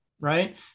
right